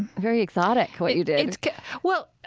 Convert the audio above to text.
very exotic, what you did it's well,